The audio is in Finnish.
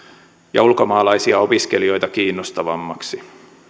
ja ulkomaalaisia opiskelijoita kiinnostavammaksi